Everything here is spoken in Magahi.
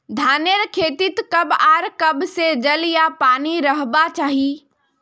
धानेर खेतीत कब आर कब से जल या पानी रहबा चही?